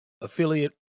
affiliate